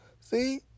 See